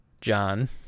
John